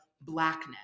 blackness